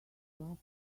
last